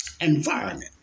environment